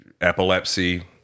epilepsy